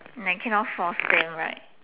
like cannot force them right